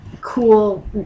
cool